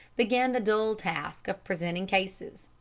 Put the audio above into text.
began the dull task of presenting cases.